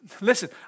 Listen